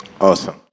Awesome